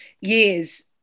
years